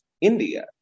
India